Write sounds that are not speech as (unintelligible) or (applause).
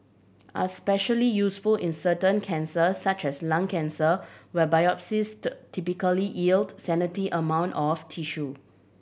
are especially useful in certain cancers such as lung cancer where biopsies (unintelligible) typically yield scanty amount of tissue